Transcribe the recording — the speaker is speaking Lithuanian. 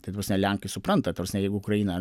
tai ta prasme lenkai supranta ta prasme jeigu ukraina